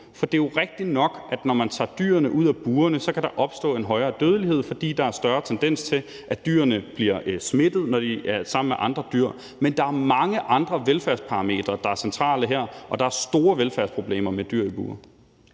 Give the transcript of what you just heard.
For det er jo rigtigt nok, at når man tager dyrene ud af burene, kan der opstå en højere dødelighed, fordi der er større tendens til, at dyrene bliver smittet, når de er sammen med andre dyr, men der er mange andre velfærdsparametre, der er centrale her, og der er store velfærdsproblemer med dyr i bure.